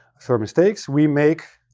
so mistakes we make,